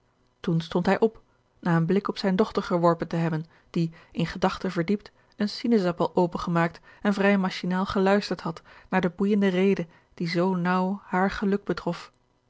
toen stond hij op na een blik op zijne dochter geworpen te hebben die in gedachten verdiept een sinaasappel opengemaakt en vrij machinaal geluisterd had naar de boeijende rede die zoo naauw haar geluk betrof